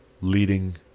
leading